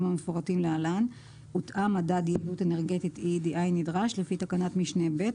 המפורטים להלן הותאם מדד יעילות אנרגטית (EEDI) נדרש לפי תקנת משנה (ב),